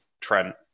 Trent